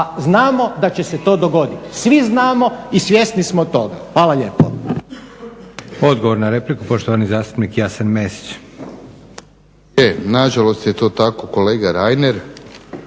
a znamo da će se to dogoditi. Svi znamo i svjesni smo toga. Hvala lijepo.